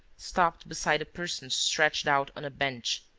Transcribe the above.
stopped beside a person stretched out on a bench,